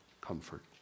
comfort